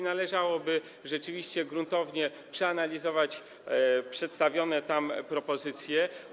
Należałoby rzeczywiście gruntownie przeanalizować przedstawione tam propozycje.